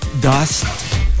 Dust